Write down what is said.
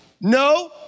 No